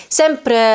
sempre